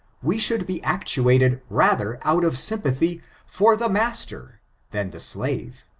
we should be actuated rather out of sympathy for the master than the slave.